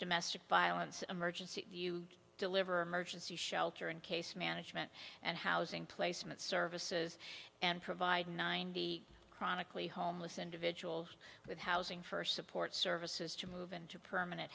domestic violence emergency deliver emergency shelter and case management and housing placement services and provide nine the chronically homeless individuals with housing for support services to move into permanent